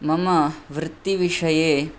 मम वृत्तिविषये